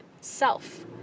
self